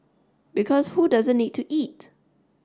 because who doesn't need to eat